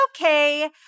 okay